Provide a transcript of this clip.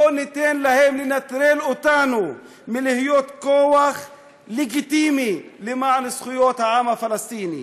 לא ניתן להם לנטרל אותנו מלהיות כוח לגיטימי למען זכויות העם הפלסטיני.